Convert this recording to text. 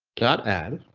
got ad.